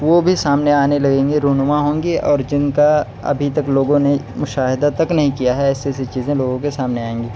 وہ بھی سامنے آنے لگیں گی رونما ہوں گی اور جن کا ابھی تک لوگوں نے مشاہدہ تک نہیں کیا ہے ایسی ایسی چیزیں لوگوں کے سامنے آئیں گی